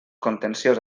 contenciós